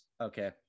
okay